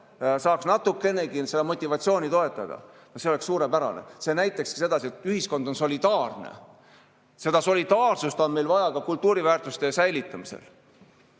saaks natukenegi seda motivatsiooni toetada, siis oleks suurepärane. See näitaks seda, et ühiskond on solidaarne. Seda solidaarsust on meil vaja ka kultuuriväärtuste säilitamisel.